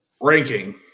ranking